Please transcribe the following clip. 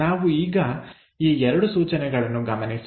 ನಾವು ಈಗ ಈ ಎರಡು ಸೂಚನೆಗಳನ್ನು ಗಮನಿಸೋಣ